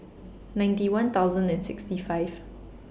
ninety one thousand and sixty five